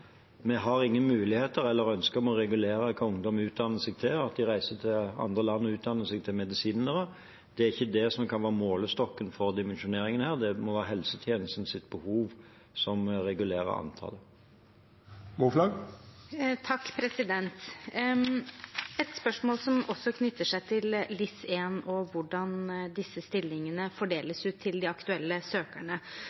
Vi har ingen muligheter til eller ønske om å regulere hva ungdom utdanner seg til, og at de reiser til andre land og utdanner seg til medisinere. Det er ikke det som kan være målestokken for dimensjoneringen her. Det må være helsetjenestens behov som regulerer antallet. Et spørsmål som også knytter seg til LIS1 og hvordan disse stillingene